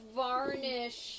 varnish